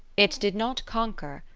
it did not conquer,